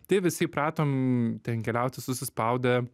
taip visi įpratom ten keliauti susispaudę